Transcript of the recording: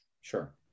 Sure